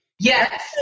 Yes